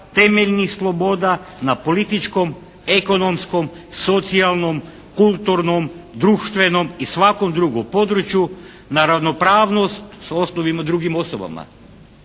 temeljnih sloboda na političkom, ekonomskom, socijalnom, kulturnom, društvenom i svakom drugom području na ravnopravnost s osnovi drugim osobama.